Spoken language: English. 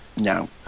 No